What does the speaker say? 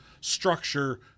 structure